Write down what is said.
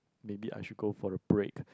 maybe I should go for a break